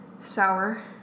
sour